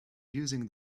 using